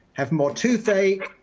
have more tooth ache,